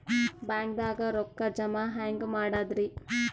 ಬ್ಯಾಂಕ್ದಾಗ ರೊಕ್ಕ ಜಮ ಹೆಂಗ್ ಮಾಡದ್ರಿ?